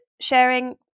sharing